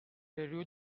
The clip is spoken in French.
rue